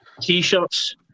T-shirts